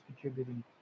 contributing